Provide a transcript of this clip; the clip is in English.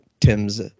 Tim's